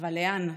אבל לאן?